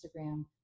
Instagram